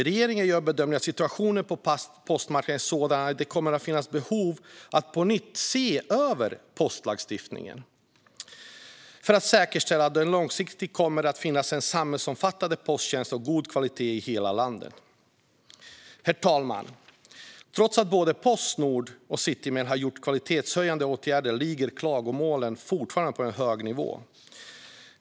Regeringen gör bedömningen att situationen på postmarknaden är sådan att det kommer att finnas behov av att på nytt se över postlagstiftningen för att säkerställa att det långsiktigt kommer att finnas en samhällsomfattande posttjänst av god kvalitet i hela landet. Herr talman! Trots att både Postnord och Citymail har gjort kvalitetshöjande åtgärder ligger antalet klagomål fortfarande på en hög nivå.